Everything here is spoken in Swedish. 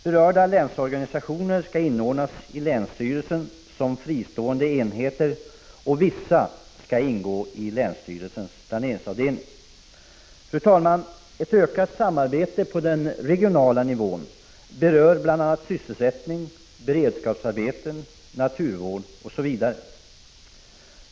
Berörda länsorganisationer skall inordnas i länsstyrelsen som fristående enheter, och vissa skall ingå i länsstyrelsens planeringsavdelning. Ett ökat samarbete på den regionala nivån berör sysselsättning, beredskapsarbeten, naturvård osv.